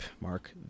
mark